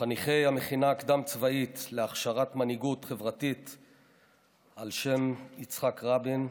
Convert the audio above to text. חניכי המכינה הקדם-צבאית להכשרת מנהיגות חברתית על שם יצחק רבין,